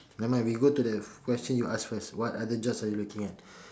never mind we go to the question you ask first what other jobs are you looking at